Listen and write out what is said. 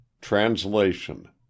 TRANSLATION